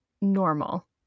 normal